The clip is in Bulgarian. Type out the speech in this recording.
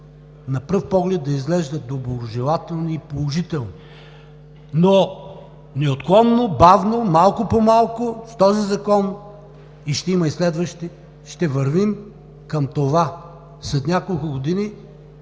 на пръв поглед да изглеждат доброжелателни и положителни, но неотклонно, бавно, малко по малко в този закон, а ще има и следващи, ще вървим към това – след няколко години,